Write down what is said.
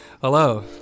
Hello